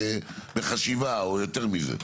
בחשיבה או יותר מזה?